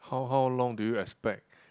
how how long do you expect